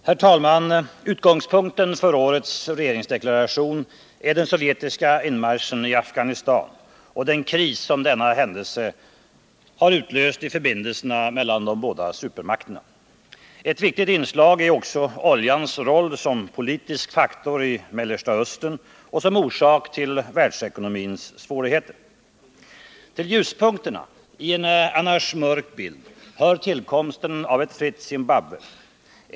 Herr talman! Utgångspunkten för årets regeringsdeklaration är den sovjetiska inmarschen i Afghanistan och den kris som denna händelse utlöst i förbindelserna mellan de båda supermakterna. Ett viktigt inslag är också oljans roll som politisk faktor i Mellersta Östern och som orsak till världsekonomins svårigheter. : Till ljuspunkterna i en annars mörk bild hör tillkomsten av ett fritt Zimbabwe.